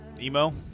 Emo